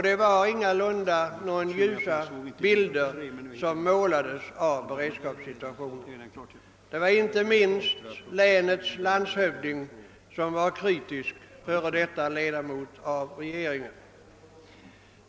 Det var ingalunda några ljusa bilder av beredskapssituationen som målades upp. Inte minst landshövdingen i Jämtlands län — f.d. ledamot av regeringen — var kritisk.